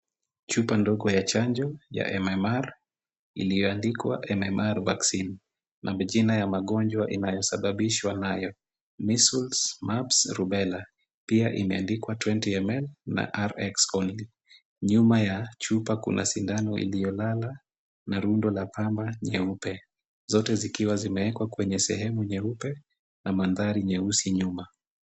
Chupa ndogo ya chanjo ya MMR iliyoandikwa MMR vaccine na majina ya magonjwa inayosababishwa nayo, Measles, Mumps, Rubella .Pia imeandikwa twenty ml na Rx only .Nyuma ya chupa kuna sindano iliyolala na rundo la pamba nyeupe zote zikiwa zimewekwa kwenye sehemu nyeupe na mandhari nyeusi nyuma.